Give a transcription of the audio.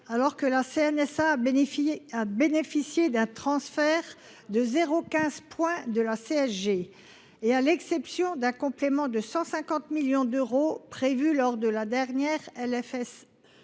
alors que la CNSA a bénéficié d’un transfert de 0,15 point de CSG, et à l’exception d’un complément de 150 millions d’euros prévu dans le cadre de